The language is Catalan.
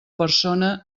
persona